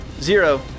Zero